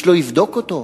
איש לא יבדוק אותו,